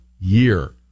year